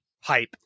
hype